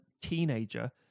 teenager